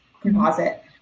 composite